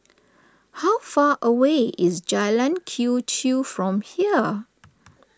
how far away is Jalan Quee Chew from here